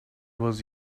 was